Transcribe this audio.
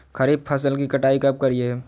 खरीफ फसल की कटाई कब करिये?